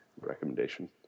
recommendation